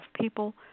people